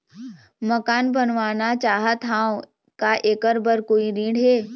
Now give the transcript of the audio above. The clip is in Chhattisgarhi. मकान बनवाना चाहत हाव, का ऐकर बर कोई ऋण हे?